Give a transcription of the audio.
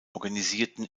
organisierten